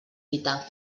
dita